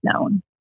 known